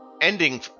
ending